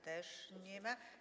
Też nie ma.